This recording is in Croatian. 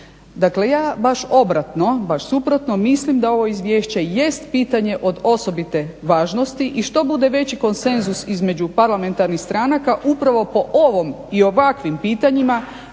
Dakle, ja baš obratno, baš suprotno mislim da ovo Izvješće jest pitanje od osobite važnosti i što bude veći konsenzus između parlamentarnih stranaka upravo po ovom i ovakvim pitanjima